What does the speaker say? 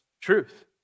truth